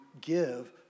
give